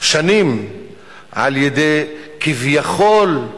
שנים על-ידי, כביכול,